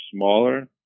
smaller